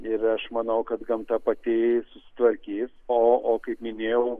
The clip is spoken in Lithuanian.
ir aš manau kad gamta pati susitvarkys o o kaip minėjau